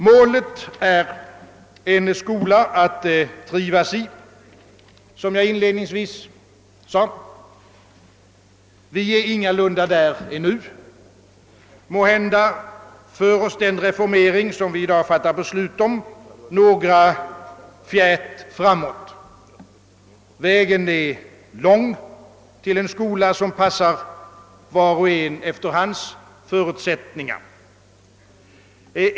Målet är en skola att trivas i, såsom jag inledningsvis sade. Vi är ingalunda där ännu. Måhända för oss den reformering, som vi i dag fattar beslut om, några fjät framåt. Vägen är lång till en skola som passar var och en efter hans speciella förutsättningar.